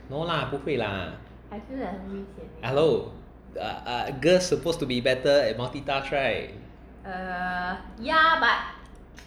no lah 不会 lah hello girls supposed to be better at multitask right